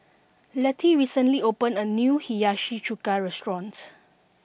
Letty recently opened a new Hiyashi Chuka restaurants